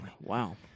Wow